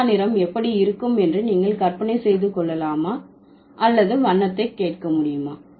ஊதா நிறம் எப்படி இருக்கும் என்று நீங்கள் கற்பனை செய்து கொள்ளலாமா அல்லது வண்ணத்தை கேட்க முடியுமா